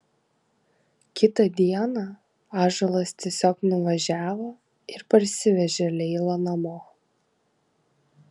kitą dieną ąžuolas tiesiog nuvažiavo ir parsivežė leilą namo